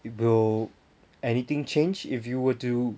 it will anything change if you were to